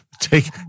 Take